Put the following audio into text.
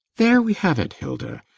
there we have it, hilda!